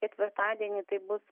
ketvirtadienį tai bus